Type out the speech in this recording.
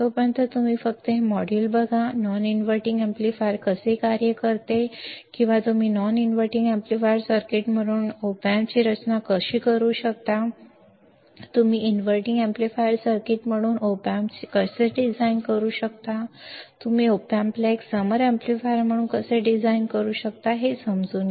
तोपर्यंत तुम्ही फक्त हे मॉड्यूल बघा नॉन इनव्हर्टिंग अॅम्प्लीफायर कसे कार्य करते किंवा तुम्ही नॉन इनव्हर्टिंग अॅम्प्लीफायर सर्किट म्हणून ओपॅम्पची रचना कशी करू शकता तुम्ही इनव्हर्टींग एम्पलीफायर सर्किट म्हणून ओपॅम्प कसे डिझाइन करू शकता तुम्ही ओपॅम्पला एक समर एम्पलीफायर म्हणून कसे डिझाइन करू शकता हे समजून घ्या